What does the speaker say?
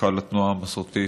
מנכ"ל התנועה המסורתית.